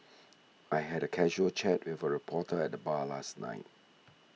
I had a casual chat with a reporter at the bar last night